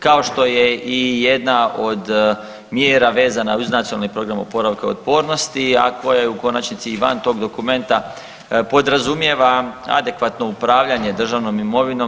Kao što je i jedna od mjera vezano uz Nacionalni program oporavka otpornosti a koja je u konačnici i van tog dokumenta podrazumijeva adekvatno upravljanje državnom imovinom.